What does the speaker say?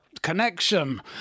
connection